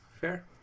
Fair